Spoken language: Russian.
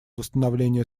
восстановления